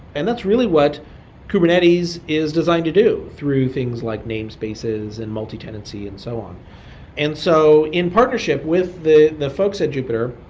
and that's really what kubernetes is designed to do through things like namespaces and multi-tenancy and so on and so in partnership with the the folks at jupiter,